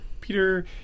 Peter